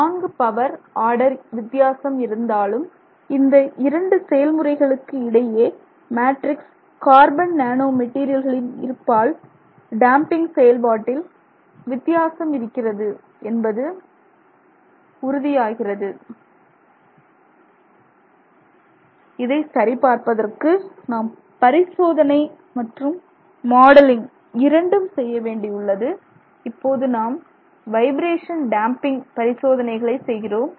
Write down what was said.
4 power order வித்தியாசம் இருந்தாலும் இந்த இரண்டு செயல் முறைகளுக்கும் இடையே மேட்ரிக்ஸ் கார்பன் நானோ மெட்டீரியல்களின் இருப்பால் டேம்பிங் செயல்பாட்டில் வித்தியாசம் இருக்கிறது என்பது உறுதியாகிறது இதை சரிபார்ப்பதற்கு நாம் பரிசோதனை மற்றும் மாடலிங் இரண்டும் செய்யவேண்டியுள்ளது இப்போது நாம் வைப்ரேஷன் டேம்பிங் பரிசோதனைகளை செய்கிறோம்